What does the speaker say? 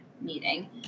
meeting